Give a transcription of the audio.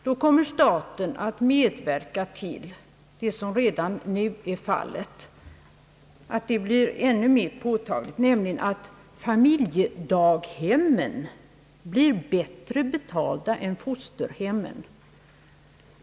Då kommer staten att medverka till att accentuera det redan existerande förhållandet att familjedaghemmen blir bättre betalda än fosterhemmen.